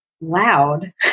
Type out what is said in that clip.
loud